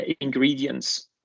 ingredients